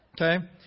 Okay